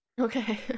Okay